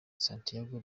santiago